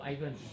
Ivan